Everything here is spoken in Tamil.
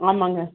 ஆமாங்க